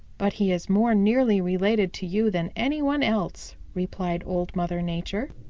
but he is more nearly related to you than any one else, replied old mother nature.